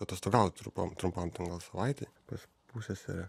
atostogaut trumpam trumpam gal savaitei pas pusseserę